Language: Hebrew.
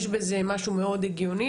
יש בזה משהו מאוד הגיוני,